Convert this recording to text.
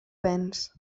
venç